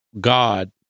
God